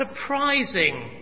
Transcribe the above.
surprising